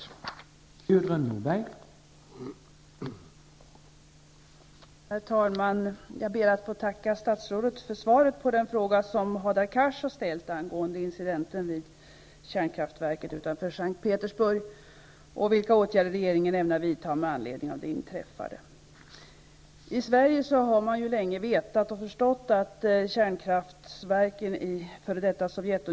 Då Hadar Cars, som framställt frågan, anmält att han var förhindrad att närvara vid sammanträdet, medgav andre vice talmannen att Gudrun Norberg i stället fick delta i överläggningen.